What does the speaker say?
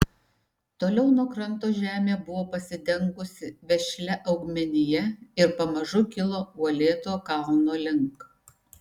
toliau nuo kranto žemė buvo pasidengusi vešlia augmenija ir pamažu kilo uolėto kalno link